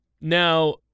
Now